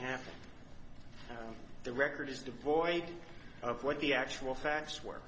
happen the record is devoid of what the actual facts were